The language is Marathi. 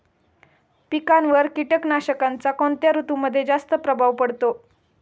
पिकांवर कीटकनाशकांचा कोणत्या ऋतूमध्ये जास्त प्रभाव पडतो?